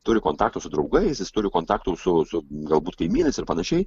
turi kontaktų su draugais jis turi kontaktų su su galbūt kaimynais ir panašiai